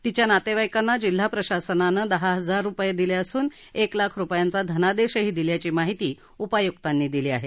तिच्या नातेवाईकांना जिल्हा प्रशासनानं दहा हजार रुपये दिले असून एक लाख रुपयांचा धनादेशही दिल्याची माहिती उप आयुक्तांनी दिली आहे